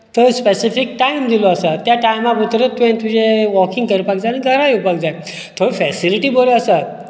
तर specific time दिल्लो आसा त्या टायमा भितरूच तुवें तुजें वॉकींग करपाक जाय आनी घरा येवपाक जाय थंय फॅसिलिटी बऱ्यो आसात